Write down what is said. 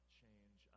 change